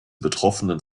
betroffenen